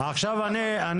לא, אתה יוצא החוצה.